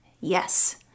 Yes